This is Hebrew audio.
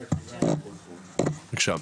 פינקל-פקרסקי.